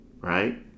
Right